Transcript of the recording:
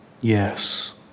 Yes